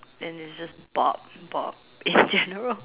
and it's just Bob Bob in general